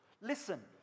listen